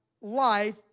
life